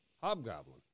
Hobgoblin